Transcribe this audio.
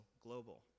global